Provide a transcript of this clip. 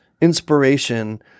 inspiration